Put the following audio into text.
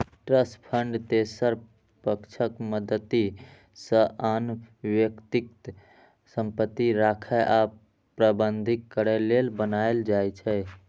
trust fund तेसर पक्षक मदति सं आन व्यक्तिक संपत्ति राखै आ प्रबंधित करै लेल बनाएल जाइ छै